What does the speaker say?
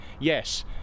yes